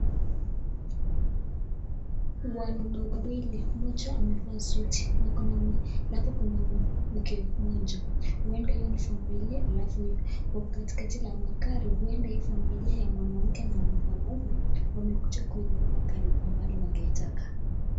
Wanaume wawili, mmoja amevaa suti alafu kuna mke mmoja, ueda hio ni familia alafu wako katikati la magari. Hueda hii familia ya mwanamke na mwanaume wamekuja kununua gari kwa maana wangeitaka.